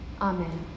Amen